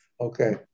Okay